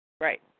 Right